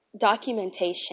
documentation